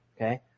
Okay